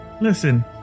Listen